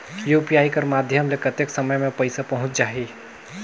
UPI कर माध्यम से कतेक समय मे पइसा पहुंच जाहि?